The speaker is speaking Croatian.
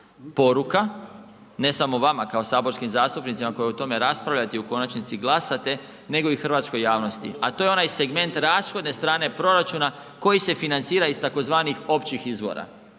poruka, ne samo vama kao saborskim zastupnicima koji o tome raspravljate i u konačnici glasate nego i hrvatskoj javnosti, a to je onaj segment rashodne strane proračuna koji se financira iz tzv. općih izvora,